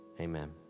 Amen